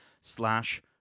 Slash